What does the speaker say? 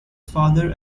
father